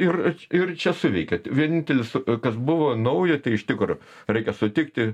ir ir čia suveikė vienintelis kas buvo naujo tai iš tikro reikia sutikti